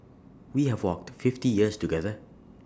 we have walked fifty years together